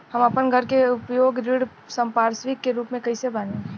हम आपन घर के उपयोग ऋण संपार्श्विक के रूप में कइले बानी